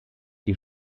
die